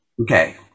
Okay